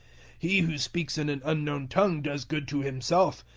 he who speaks in an unknown tongue does good to himself,